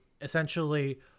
essentially